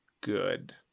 good